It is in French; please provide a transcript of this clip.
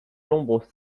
l’ombre